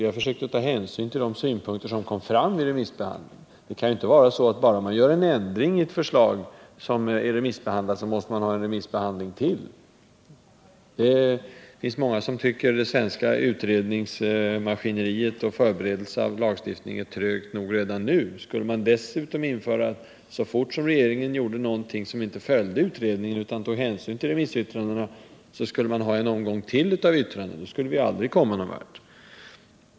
Vi har också försökt att ta hänsyn till de synpunkter som kom fram vid remissbehandlingen. Det kan ju inte vara så att vi, bara för att regeringen genomför en ändring i ett förslag som har remissbehandlats, måste ha ytterligare en remissbehandling. Det finns många som tycker att det svenska utredningsmaskineriet och förberedelsearbetet i samband med lagstiftning är trögt nog redan nu. Skulle man dessutom införa en ordning som innebär att ytterligare en remissomgång skulle genomföras så snart regeringen föreslår något som inte följer en utredning, bl.a. därför att man tar hänsyn till remissyttrandena, då skulle vi ju aldrig komma någon vart.